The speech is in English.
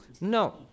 No